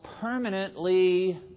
permanently